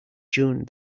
june